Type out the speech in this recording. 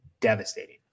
devastating